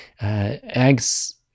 eggs